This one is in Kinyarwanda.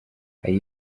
hari